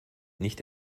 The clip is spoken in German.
nicht